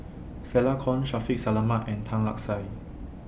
Stella Kon Shaffiq Selamat and Tan Lark Sye